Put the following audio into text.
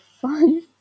fun